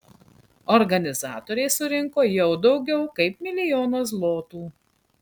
organizatoriai surinko jau daugiau kaip milijoną zlotų